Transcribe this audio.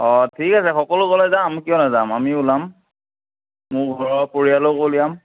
অঁ ঠিক আছে সকলো গ'লে যাম কিয় নাযাম আমিও ওলাম মোৰ ঘৰৰ পৰিয়ালকো উলিয়াম